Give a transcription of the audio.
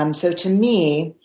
um so, to me,